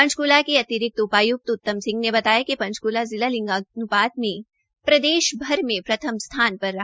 पंचकूला के अतिरिक्त उपाय्क्त उत्तम सिंह ने बताया कि पंचकूला जिला लिंगानुपात में प्रदेशभर में प्रथम स्थान पर है